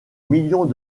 millions